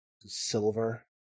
Silver